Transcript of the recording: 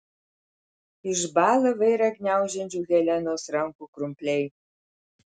išbąla vairą gniaužiančių helenos rankų krumpliai